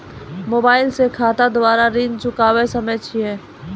Mobile से खाता द्वारा ऋण चुकाबै सकय छियै?